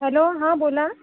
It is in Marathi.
हॅलो हां बोला